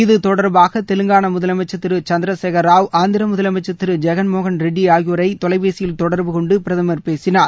இது தொடர்பாக தெவங்கான முதலமைச்ச் திரு சந்திரசேகர ராவ் ஆந்திர முதலமைச்ச் திரு ஜெகன்மோகன் ரெட்டி ஆகியோரை தொலைபேசியில் தொடர்பு கொண்டு பிரதமர் பேசினார்